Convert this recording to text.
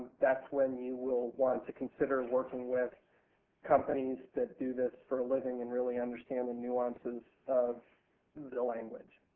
thatis when you will want to consider working with companies that do this for a living and really understand the nuances of the language.